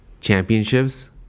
championships